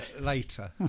later